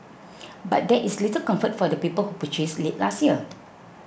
but that is little comfort for the people who purchased late last year